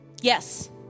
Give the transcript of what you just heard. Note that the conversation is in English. Yes